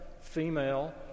female